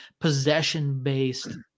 possession-based